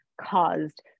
caused